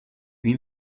lui